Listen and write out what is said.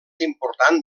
important